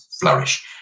flourish